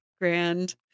Grand